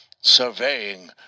surveying